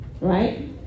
right